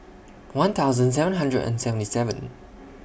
one thousand seven hundred and seventy seven